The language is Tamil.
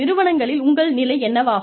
நிறுவனங்களில் உங்கள் நிலை என்னவாகும்